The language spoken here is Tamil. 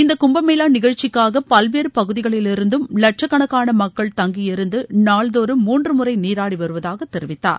இந்த கும்பமேளா நிகழ்ச்சிக்காக பல்வேறு பகுதிகளிலிருந்தும் லட்சக்கணக்கான மக்கள் தங்கியிருந்து நாள்தோறும் மூன்று முறை நீராடி வருவதாக தெரிவித்தார்